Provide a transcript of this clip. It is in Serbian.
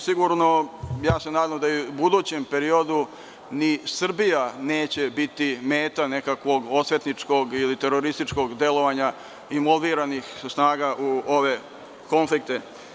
Sigurno, nadam se da i u budućem periodu ni Srbija neće biti meta nekakvog osvetničkog ili terorističkog delovanja i mobiranih snaga u ove konflikte.